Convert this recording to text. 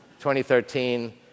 2013